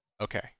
Okay